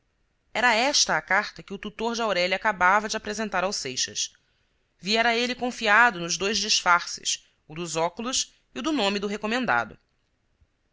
era esta a carta que o tutor de aurélia acabava de apresentar ao seixas viera ele confiado nos dois disfarces o dos óculos e o do nome do recomendado